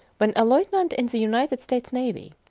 when a lieutenant in the united states navy.